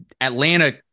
Atlanta